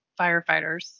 firefighters